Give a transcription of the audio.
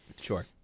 sure